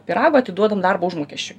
pyrago atiduodam darbo užmokesčiui